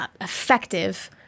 effective